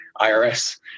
IRS